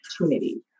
opportunity